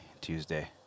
Tuesday